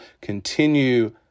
continue